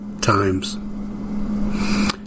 times